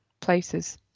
places